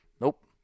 nope